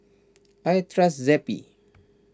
I trust Zappy